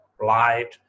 light